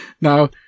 now